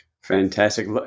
Fantastic